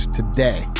today